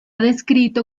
descrito